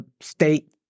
state